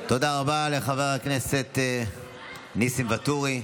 תודה רבה לחבר הכנסת ניסים ואטורי.